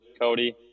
Cody